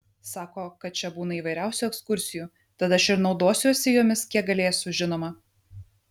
sako kad čia būna įvairiausių ekskursijų tad aš ir naudosiuosi jomis kiek galėsiu žinoma